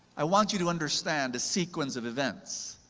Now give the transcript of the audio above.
i want you to understand the sequence of events.